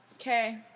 Okay